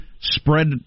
spread